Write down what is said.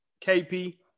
KP